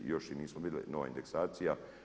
Još ih nismo vidjeli, nova indeksacija.